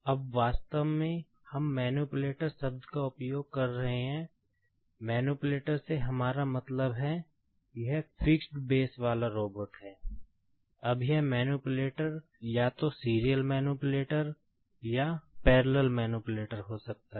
अब वास्तव में हम मैनिप्युलेटर हो सकता है